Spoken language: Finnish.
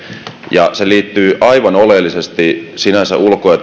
ja se liittyy aivan oleellisesti sinänsä ulko ja